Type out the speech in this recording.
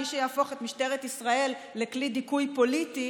מי שיהפוך את משטרת ישראל לכלי דיכוי פוליטי